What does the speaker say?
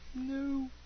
No